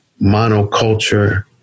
monoculture